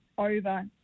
over